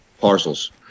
parcels